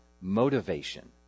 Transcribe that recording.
motivation